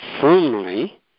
firmly